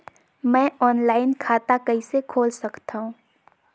मैं ऑनलाइन खाता कइसे खोल सकथव?